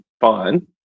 fine